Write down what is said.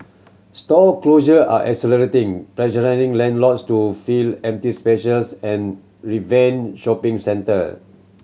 store closure are accelerating pressure landlords to fill empty specials and reinvent shopping centre